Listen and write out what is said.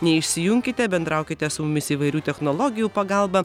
neišsijunkite bendraukite su mumis įvairių technologijų pagalba